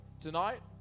tonight